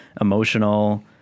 emotional